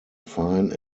fine